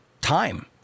time